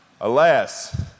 alas